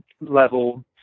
level